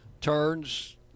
turns